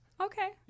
Okay